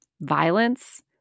violence